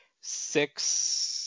six